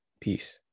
Peace